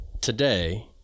today